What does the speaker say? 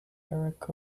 eric